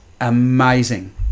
amazing